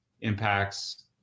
impacts